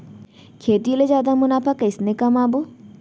खेती ले जादा मुनाफा कइसने कमाबो?